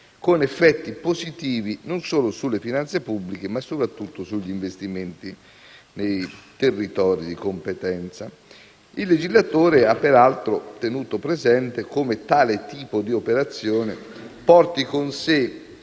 con effetti positivi non solo sulle finanze pubbliche ma soprattutto sugli investimenti nei territori di competenza. II legislatore ha peraltro tenuto presente come tale tipo di operazione porti con sé